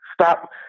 Stop